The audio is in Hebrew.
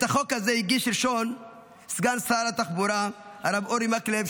את החוק הזה הגיש ראשון סגן שרת התחבורה הרב אורי מקלב,